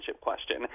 question